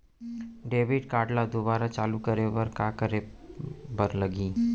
Debit card ला दोबारा चालू करे बर का करे बर लागही?